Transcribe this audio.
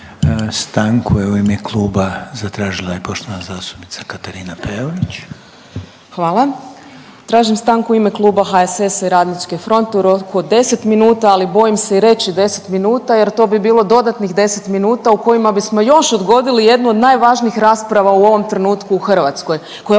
Stanku je u ime kluba zatražila je poštovana zastupnica Katarina Peović. **Peović, Katarina (RF)** Hvala. Tražim stanku u ime Kluba zastupnika HSS-a i Radničke fronte u roku od 10 minuta, ali bojim se i reći 10 minuta jer to bi bilo dodatnih 10 minuta u kojima bismo još odgodili jednu od najvažnijih rasprava u ovom trenutku u Hrvatskoj koja